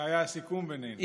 זה היה הסיכום בינינו.